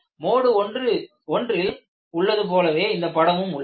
mode 1 ல் உள்ளது போலவே இந்த படமும் உள்ளது